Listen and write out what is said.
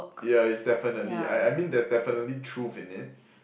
yeah is definitely I I mean there's definitely truth in it